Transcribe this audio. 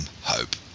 hope